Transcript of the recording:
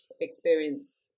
experience